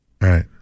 Right